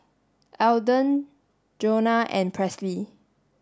Eldon Jonah and Presley